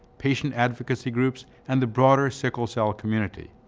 patient advocacy groups, and the broader sickle cell community.